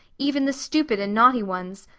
even the stupid and naughty ones.